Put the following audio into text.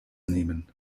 nehmen